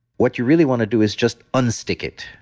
what you really want to do is just unstick it.